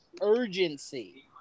urgency